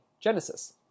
Genesis